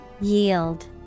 Yield